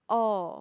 oh